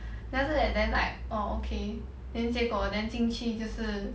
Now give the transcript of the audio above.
then after that then like orh okay then 结果 then 进去就是